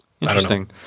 Interesting